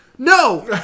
No